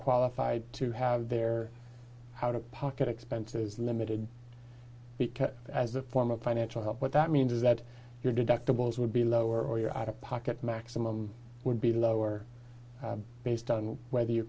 qualified to have their out of pocket expenses limited as a form of financial help what that means is that your deductibles would be lower or you're out of pocket maximum would be lower based on whether you